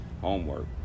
homework